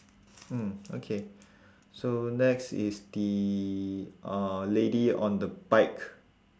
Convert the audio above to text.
mm okay so next is the uh lady on the bike